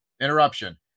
Interruption